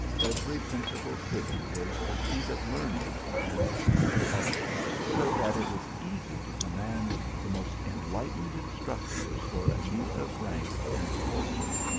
every principal city was a seat of learning and the arts, so that it was easy to command the most enlightened instruct ors for a youth of rank and fortune.